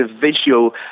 visual